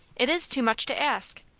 it is too much to ask.